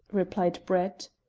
replied brett.